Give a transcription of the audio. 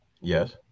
Yes